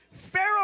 Pharaoh